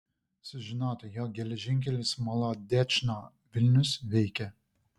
sužinota jog geležinkelis molodečno vilnius veikia